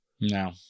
No